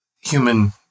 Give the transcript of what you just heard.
human